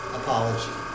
apology